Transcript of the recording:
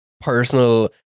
personal